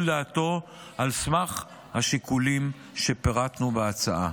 דעתו על סמך השיקולים שפירטנו בהצעה.